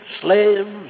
Slaves